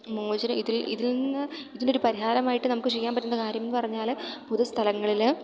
മോചനം ഇതിൽ ഇതിൽ നിന്ന് ഇതിനൊരു പരിഹാരമായിട്ട് നമുക്ക് ചെയ്യാൻ പറ്റുന്ന കാര്യം എന്ന് പറഞ്ഞാൽ പൊതു സ്ഥലങ്ങളിൽ